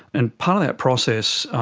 and part of that process,